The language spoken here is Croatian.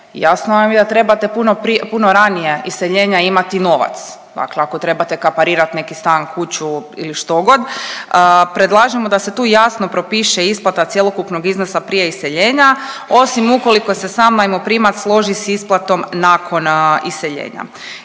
jasno vam je da trebate puno prije, puno ranije iseljenja imati novac, dakle ako trebate kaparirat neki stan, kuću ili što god, predlažemo da se tu jasno propiše isplata cjelokupnog iznosa prije iseljenja osim ukoliko se sam najmoprimac složi s isplatom nakon iseljenja.